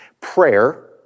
Prayer